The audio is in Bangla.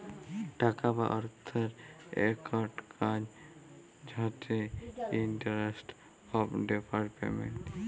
টাকা বা অথ্থের ইকট কাজ হছে ইস্ট্যান্ডার্ড অফ ডেফার্ড পেমেল্ট